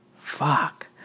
Fuck